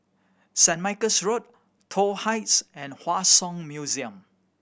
Saint Michael's Road Toh Heights and Hua Song Museum